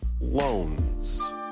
loans